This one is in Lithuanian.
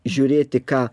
žiūrėti ką